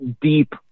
deep